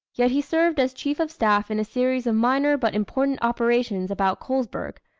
yet he served as chief of staff in a series of minor but important operations about colesburg,